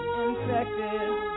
infected